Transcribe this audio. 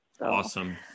Awesome